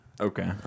okay